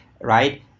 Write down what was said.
right